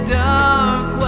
dark